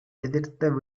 எதிர்த்த